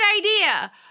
idea